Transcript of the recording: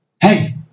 Hey